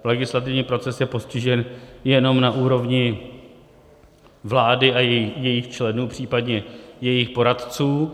Legislativní proces je postižen jenom na úrovni vlády a jejích členů, případně jejích poradců.